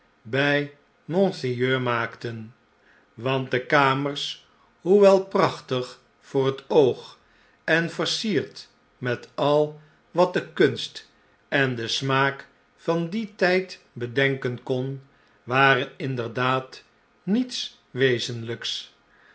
bj monseigneur maakten want de kamers hoewel prachtig voor het oog en versierd met al wat de kunst en de smaak van dien tijd bedenken kon waren inderdaad niets wezenlps